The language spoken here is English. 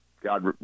god